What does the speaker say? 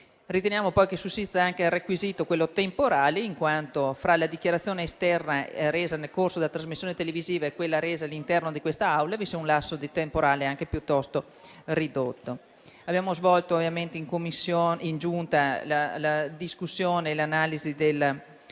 Riteniamo, poi, che sussista anche il requisito temporale, in quanto fra la dichiarazione esterna, resa nel corso della trasmissione televisiva, e quella resa all'interno di quest'Aula vi sia un lasso di temporale piuttosto ridotto. Abbiamo svolto ovviamente in Giunta la discussione e l'analisi della